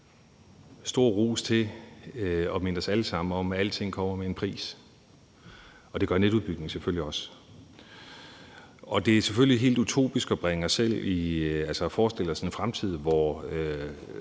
stor ros for at minde os alle sammen om, at alting kommer med en pris. Det gør netudbygning selvfølgelig også. Det er selvfølgelig helt utopisk at forestille sig en fremtid, hvor